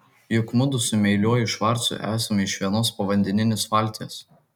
juk mudu su meiliuoju švarcu esame iš vienos povandeninės valties